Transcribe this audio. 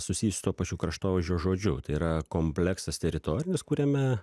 susijus su tuo pačiu kraštovaizdžio žodžiu tai yra kompleksas teritorijos kuriame